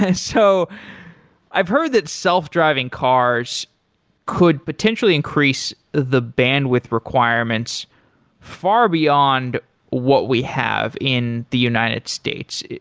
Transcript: ah so i've heard that self-driving cars could potentially increase the bandwidth requirements far beyond what we have in the united states,